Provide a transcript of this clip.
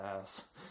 ass